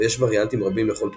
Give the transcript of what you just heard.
ויש וריאנטים רבים לכל תרופה,